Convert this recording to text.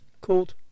called